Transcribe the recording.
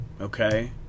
Okay